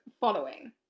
following